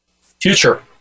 future